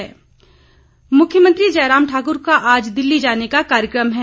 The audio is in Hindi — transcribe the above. मुख्यमंत्री मुख्यमंत्री जयराम ठाकुर का आज दिल्ली जाने का कार्यक्रम है